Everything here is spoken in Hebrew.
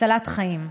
הצלת חיים.